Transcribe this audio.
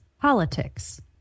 politics